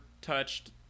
touched